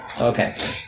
Okay